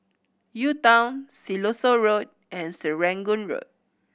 U Town Siloso Road and Serangoon Road